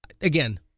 again